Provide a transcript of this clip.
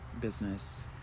business